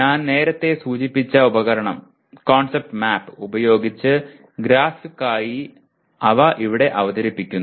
ഞാൻ നേരത്തെ സൂചിപ്പിച്ച ഉപകരണം കൺസെപ്റ്റ് മാപ്പ് ഉപയോഗിച്ച് ഗ്രാഫിക്കായി അവ ഇവിടെ അവതരിപ്പിക്കുന്നു